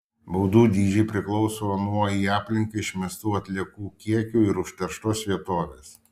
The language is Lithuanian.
baudų dydžiai priklauso nuo į aplinką išmestų atliekų kiekių ir užterštos vietovės